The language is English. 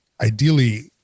ideally